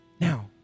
Now